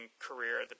career